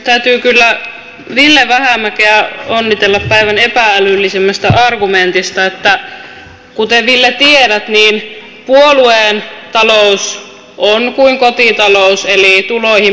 täytyy kyllä ville vähämäkeä onnitella päivän epä älyllisimmästä argumentista että kuten ville tiedät niin puolueen talous on kuin kotitalous eli tuloihin pitää menot sopeuttaa